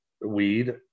weed